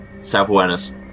self-awareness